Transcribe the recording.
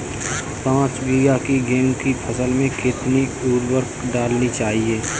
पाँच बीघा की गेहूँ की फसल में कितनी उर्वरक डालनी चाहिए?